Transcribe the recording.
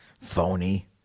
Phony